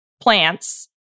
plants